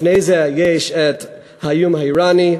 לפני זה יש האיום האיראני,